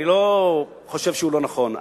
אני לא חושב שהוא לא נכון.